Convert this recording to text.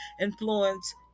influence